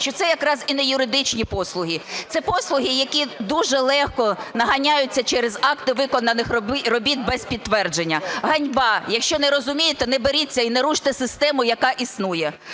що це якраз і не юридичні послуги, це послуги, які дуже легко наганяються через акти виконаних робіт без підтвердження. Ганьба! Якщо не розумієте, не беріться і не руште систему, яка існує.